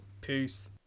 Peace